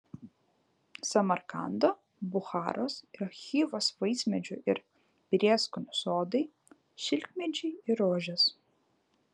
samarkando bucharos ir chivos vaismedžių ir prieskonių sodai šilkmedžiai ir rožės